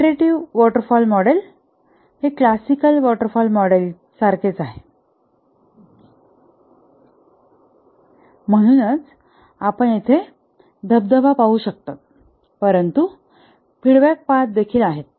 iterative waterfall model हे classical waterfall model सारखेच आहे म्हणून आपण येथे धबधबा पाहू शकतापरंतु फीडबॅक पाथ देखील आहेत